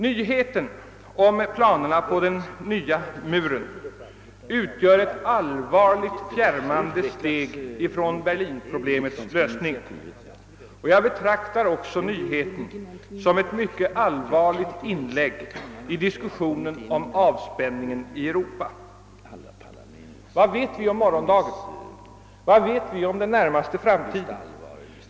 Nyheten om planerna på den nya muren utgör ett allvarligt fjärmande steg från berlinproblemets lösning, och jag betraktar också nyheten som ett mycket allvarligt inlägg i diskussionen om avspänningen i Europa. Vad vet vi om morgondagen? Vad vet vi om den närmaste framtiden?